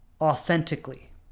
authentically